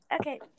okay